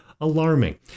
alarming